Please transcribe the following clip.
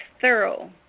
thorough